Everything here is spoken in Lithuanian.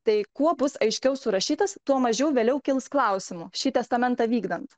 tai kuo bus aiškiau surašytas tuo mažiau vėliau kils klausimų šį testamentą vykdant